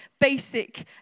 basic